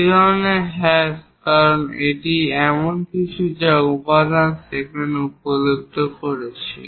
এই ধরনের হ্যাশ কারণ এটি এমন কিছু যা উপাদান সেখানে উপলব্ধ করেছি